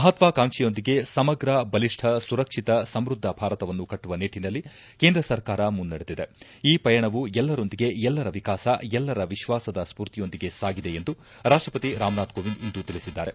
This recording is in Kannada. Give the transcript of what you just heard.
ಮಹತ್ವಾಕಾಂಕ್ಷೆಯೊಂದಿಗೆ ಸಮಗ್ರ ಬಲಿಷ್ಟ ಸುರಕ್ಷಿತ ಸಮ್ಬದ್ದ ಭಾರತವನ್ನು ಕಟ್ಟುವ ನಿಟ್ಟಿನಲ್ಲಿ ಕೇಂದ್ರ ಸರ್ಕಾರ ಮುನ್ನಡೆದಿದೆ ಈ ಪಯಣವು ಎಲ್ಲರೊಂದಿಗೆ ಎಲ್ಲರ ವಿಕಾಸ ಎಲ್ಲರ ವಿಶ್ಲಾಸದ ಸ್ಪೂರ್ತಿಯೊಂದಿಗೆ ಸಾಗಿದೆ ಎಂದು ರಾಷ್ಷಪತಿ ರಾಮನಾಥ ಕೋವಿಂದ್ ಇಂದು ತಿಳಿಸಿದ್ದಾರೆ